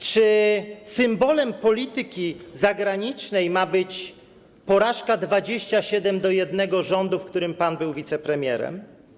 Czy symbolem polityki zagranicznej ma być porażka 27 do 1 rządu, w którym pan był wicepremierem?